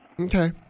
Okay